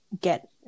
get